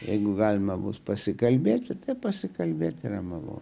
jeigu galima bus pasikalbėkite pasikalbėti yra mano